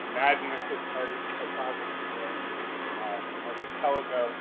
imaginative cartography here archipelago